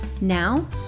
Now